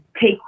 take